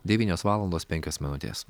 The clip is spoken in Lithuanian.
devynios valandos penkios minutės